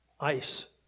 ice